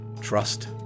Trust